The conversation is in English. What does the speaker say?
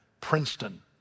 Princeton